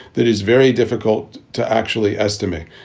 that is very difficult to actually estimate.